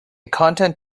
content